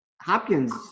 Hopkins